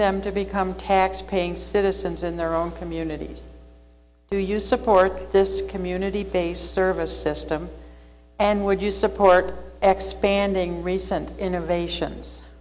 them to become tax paying citizens in their own communities do you support this community based service system and would you support expanding recent innovation